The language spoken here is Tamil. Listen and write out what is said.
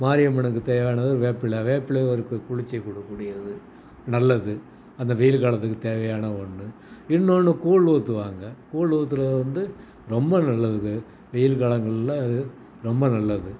மாரியம்மனுக்கு தேவையானது வேப்பிலை வேப்பிலை ஒரு கு குளிர்ச்சி கொடுக்கக்கூடியது நல்லது அந்த வெயில் காலத்துக்கு தேவையான ஒன்று இன்னொன்று கூழ் ஊற்றுவாங்க கூழ் ஊற்றுறது வந்து ரொம்ப நல்லதுங்க வெயில் காலங்களில் இது ரொம்ப நல்லது